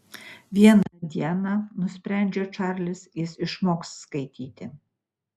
vieną dieną nusprendžia čarlis jis išmoks skaityti